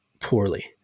poorly